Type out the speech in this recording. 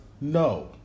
No